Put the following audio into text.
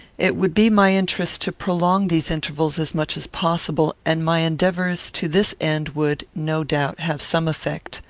it would be my interest to prolong these intervals as much as possible, and my endeavours to this end would, no doubt, have some effect.